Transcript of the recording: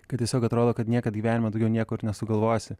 kad tiesiog atrodo kad niekad gyvenime daugiau nieko ir nesugalvosi